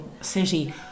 city